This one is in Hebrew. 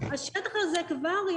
השטח הזה כבר,